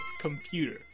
computer